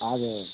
हजुर